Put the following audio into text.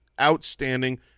outstanding